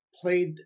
played